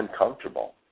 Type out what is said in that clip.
uncomfortable